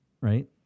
right